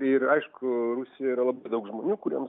ir aišku rusijoj yra labai daug žmonių kuriems